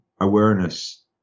awareness